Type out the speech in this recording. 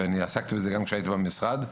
ואני עסקתי בזה גם כשהייתי במשרד,